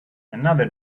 another